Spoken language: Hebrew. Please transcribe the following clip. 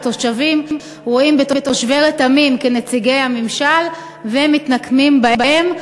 התושבים רואים את תושבי רתמים כנציגי הממשלה ומתנקמים בהם.